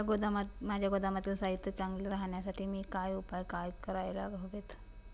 माझ्या गोदामातील साहित्य चांगले राहण्यासाठी मी काय उपाय काय करायला हवेत?